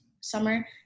summer